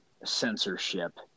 censorship